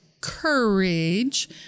courage